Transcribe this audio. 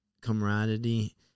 camaraderie